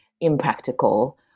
impractical